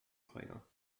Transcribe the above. cleaner